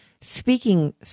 speaking